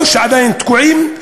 או שעדיין תקועים,